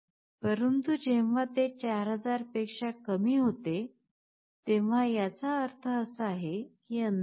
परंतु जेव्हा ते 4000 पेक्षा कमी होते तेव्हा याचा अर्थ असा आहे की अंधार आहे